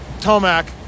tomac